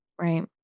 Right